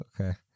okay